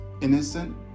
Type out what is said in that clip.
innocent